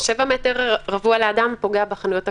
אבל 7 מטר רבוע לאדם פוגע בחנויות הקטנות,